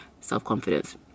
Self-confidence